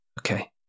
okay